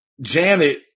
Janet